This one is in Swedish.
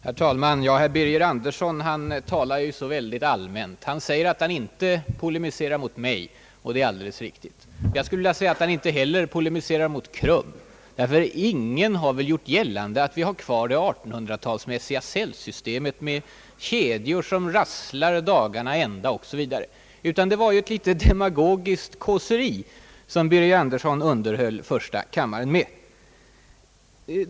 Herr talman! Herr Birger Andersson talar så allmänt. Han förklarar att han inte polemiserar mot mig, och det är alldeles riktigt. Jag skulle vilja säga att han inte heller har polemiserat mot KRUM, ty ingen har väl gjort gällande att vi har kvar det 1800-talsmässiga cellsystemet med kedjor som rasslar dagarna i ända osv. Det var därför snarast ett litet demagogiskt kåseri som herr Andersson underhöll första kammaren med.